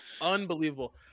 unbelievable